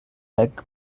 egg